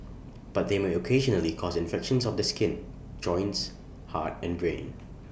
but they may occasionally cause infections of the skin joints heart and brain